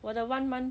我的 one month